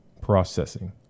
Processing